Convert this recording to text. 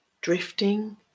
drifting